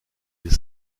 les